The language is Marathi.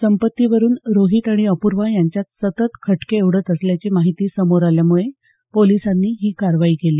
संपत्तीवरून रोहित आणि अपूर्वा यांच्यात सतत खटके उडत असल्याची माहिती समोर आल्यामुळे पोलिसांनी ही कारवाई केली